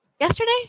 yesterday